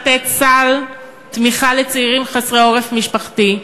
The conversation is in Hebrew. לתת סל תמיכה לצעירים חסרי עורף משפחתי.